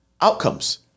outcomes